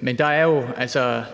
Men der er jo – hr.